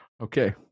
Okay